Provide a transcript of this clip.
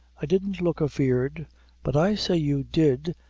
i didn't look afeard. but i say you did,